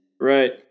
Right